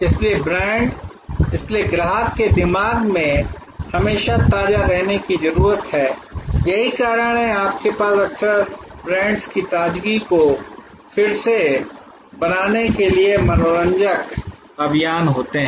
इसलिए ब्रांड इसलिए ग्राहक के दिमाग में हमेशा ताजा रहने की जरूरत है यही कारण है कि आपके पास अक्सर ब्रांड्स की ताजगी को फिर से बनाने के लिए मनोरंजक अभियान होते हैं